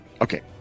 Okay